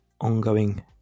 ongoing